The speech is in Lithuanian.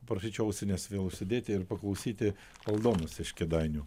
prašyčiau ausines vėl užsidėti ir paklausyti aldonos iš kėdainių